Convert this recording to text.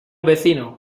vecino